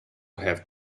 have